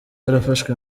yarafashwe